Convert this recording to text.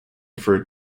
referred